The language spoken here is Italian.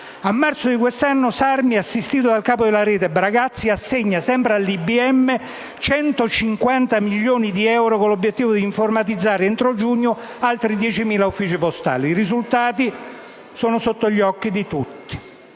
Al marzo di quest'anno, Sarmi, assistito dal capo della rete Bragazzi, assegna sempre all'IBM 150 milioni di euro con l'obiettivo di informatizzare, entro giugno, altri 10.000 uffici postali. I risultati sono sotto gli occhi di tutti.